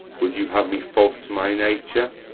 would you have me false to my nature?